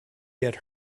get